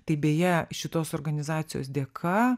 tai beje šitos organizacijos dėka